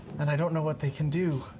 and i don't know what they can do.